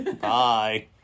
Bye